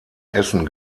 essen